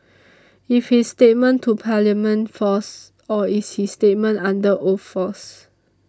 is his statement to Parliament false or is his statement under oath false